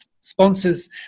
sponsors